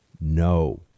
no